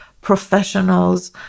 professionals